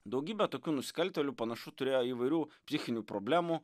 daugybė tokių nusikaltėlių panašu turėjo įvairių psichinių problemų